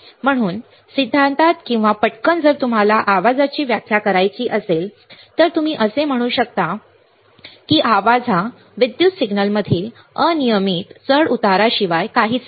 म्हणून सिद्धांतात किंवा पटकन जर तुम्हाला आवाजाची व्याख्या करायची असेल तर तुम्ही असे म्हणू शकता की आवाज हा विद्युत सिग्नलमधील अनियमित चढ उताराशिवाय काहीच नाही